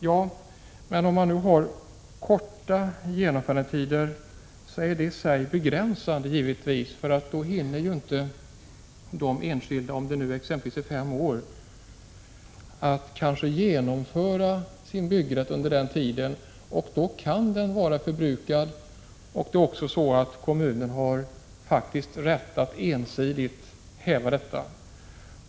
Ja, men om man har korta genomförandetider är dessa givetvis begränsande, eftersom — om genomförandetiden exempelvis är fem år — de enskilda då inte hinner utnyttja sin byggrätt under den tiden. Då kan den vara förbrukad. Det är också så att kommunen faktiskt har rätt att ensidigt häva denna.